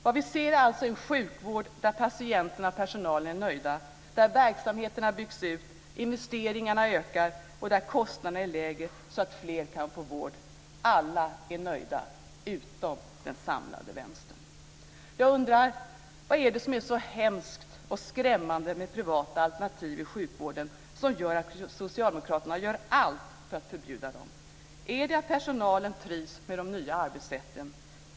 Vad vi ser är alltså en sjukvård där patienterna och personalen är nöjda, där verksamheterna byggs ut, där investeringarna ökar och där kostnaderna är lägre, så att fler kan få vård. Alla är nöjda - utom den samlade vänstern. Jag undrar: Vad är det som är så hemskt och skrämmande med privata alternativ i sjukvården som gör att socialdemokraterna gör allt för att förbjuda dem? Är det att personalen trivs med de nya arbetssätten?